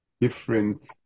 different